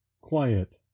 Quiet